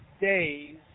days